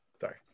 sorry